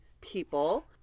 people